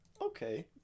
Okay